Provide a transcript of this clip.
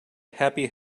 happy